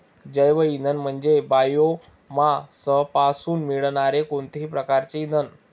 जैवइंधन म्हणजे बायोमासपासून मिळणारे कोणतेही प्रकारचे इंधन